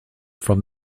from